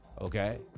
okay